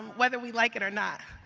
whether we like it or not.